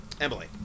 Emily